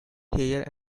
hair